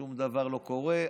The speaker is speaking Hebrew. שום דבר לא קורה,